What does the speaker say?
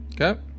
Okay